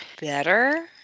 better